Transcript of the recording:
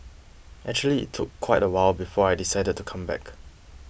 actually it took quite a while before I decided to come back